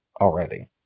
already